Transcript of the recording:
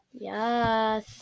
Yes